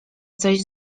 coś